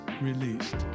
released